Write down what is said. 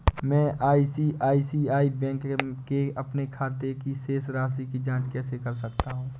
मैं ICICI bank के अपने खाते की शेष राशि की जाँच कैसे कर सकता हूँ?